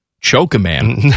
Choke-a-man